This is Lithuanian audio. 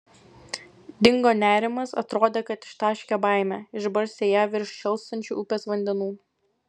dingo nerimas atrodė kad ištaškė baimę išbarstė ją virš šėlstančių upės vandenų